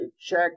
check